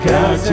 God